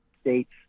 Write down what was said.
States